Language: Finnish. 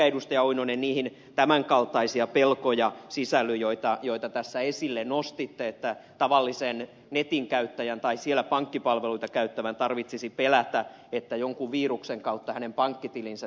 lauri oinonen niihin tämän kaltaisia pelkoja sisälly joita tässä esille nostitte että tavallisen netinkäyttäjän tai siellä pankkipalveluita käyttävän tarvitsisi pelätä että jonkun viruksen kautta hänen pankkitilinsä tyhjenisi